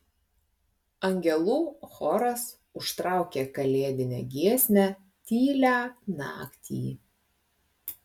angelų choras užtraukė kalėdinę giesmę tylią naktį